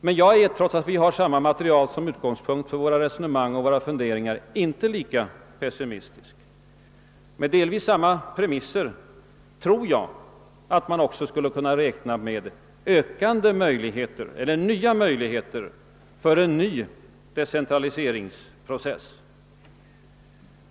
Jag är dock, trots att vi har samma material som utgångspunkt för våra resonemang och våra funderingar, inte lika pessimistisk som han. Med delvis samma premisser tror jag att man också skulle kunna räkna med ökande möjlig heter eller nya möjligheter för en ny decentraliseringsprocess.